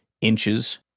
inches